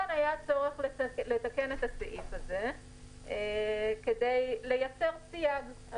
היה צורך לתקן את הסעיף הזה כדי לייצר סייג.